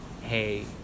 hey